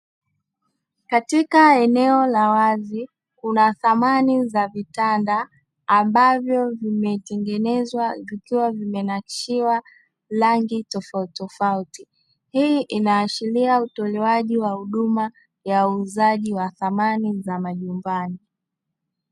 Katika eneo la wazi, kuna samani za vitanda ambavyo vimetengenezwa vikiwa vimenakshiwa rangi tofauti tofauti. Hii inaashiria utolewaji wa huduma ya uuzaji wa samani za majumbani.